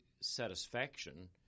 satisfaction